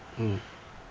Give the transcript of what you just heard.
mm